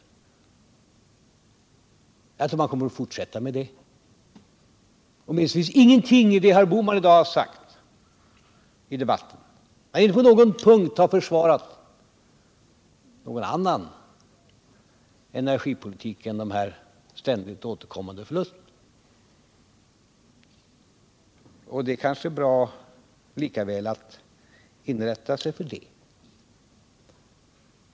Jag tror att man kommer att fortsätta med det. Åtminstone finns ingenting i det herr Bohman i dag har sagt i debatten som tyder på någonting annat. Han har inte på någon punkt försvarat någon annan energipolitik än den med de ständigt återkommande förlusterna. Och det kanske likaväl är bra att inrätta sig efter det.